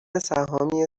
سهامی